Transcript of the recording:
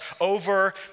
over